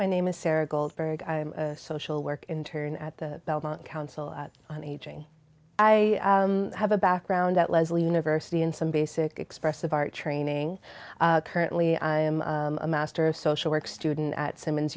my name is sarah goldberg i'm a social work intern at the belmont council on aging i have a background at lesley university in some basic expressive our training currently i am a master of social work student at simmons